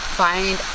find